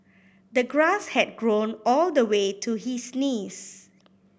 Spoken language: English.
the grass had grown all the way to his knees